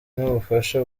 n’ubufasha